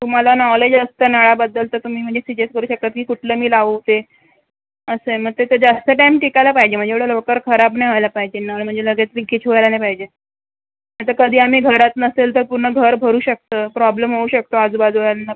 तुम्हाला नॉलेज असतं नळाबद्दल तर तुम्ही म्हणजे सिजेस्ट करू शकता की कुठलं मी लावू ते असं आहे ना ते जास्त टाईम टिकायला पाहिजे म्हणजे एवढ्या लवकर खराब नाही व्हायला पाहिजे नळ म्हणजे लगेच लिकेज व्हायला नाही पाहिजे आता कधी आम्ही घरात नसेल तर पूर्ण घर भरू शकतं प्रॉब्लेम होऊ शकतो आजूबाजूवाल्यांना